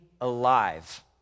alive